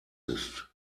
ist